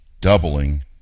doubling